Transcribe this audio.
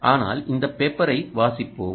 ஆனால் இந்த பேப்பரை வாசிப்போம்